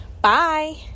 Bye